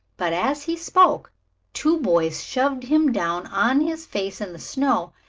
but as he spoke two boys shoved him down on his face in the snow,